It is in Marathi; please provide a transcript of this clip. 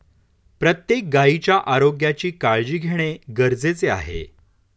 प्रत्येक गायीच्या आरोग्याची काळजी घेणे गरजेचे आहे